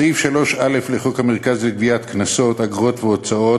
סעיף 3א לחוק המרכז לגביית קנסות, אגרות והוצאות,